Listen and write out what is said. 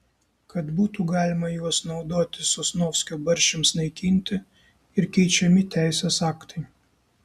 kad būtų galima juos naudoti sosnovskio barščiams naikinti ir keičiami teisės aktai